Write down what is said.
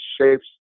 shapes